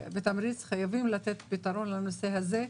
חייבים לתת פתרון לנושא הזה,